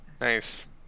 Nice